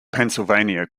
pennsylvania